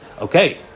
okay